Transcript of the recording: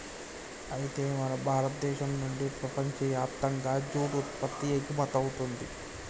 అయితే మన భారతదేశం నుండి ప్రపంచయప్తంగా జూట్ ఉత్పత్తి ఎగుమతవుతుంది